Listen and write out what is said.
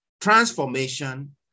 transformation